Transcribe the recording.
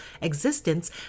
existence